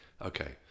okay